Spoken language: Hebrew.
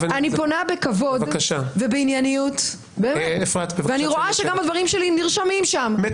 פונה בכבוד ובענייניות ואני רואה שגם הדברים שלי נרשמים שם,